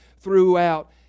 throughout